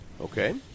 okay